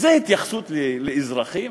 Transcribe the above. זה התייחסות לאזרחים?